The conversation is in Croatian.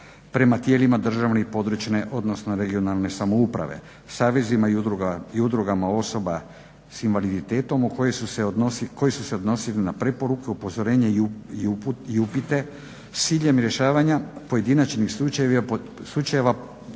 prema tijelima državne, područne odnosno regionalne samouprave, savezima i udrugama osoba s invaliditetom koji su se odnosili na preporuke, upozorenje i upite s ciljem rješavanja pojedinačnih slučajeva